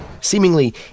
seemingly